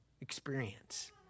experience